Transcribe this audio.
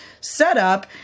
setup